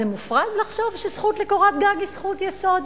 זה מופרז לחשוב שהזכות לקורת גג היא זכות יסוד?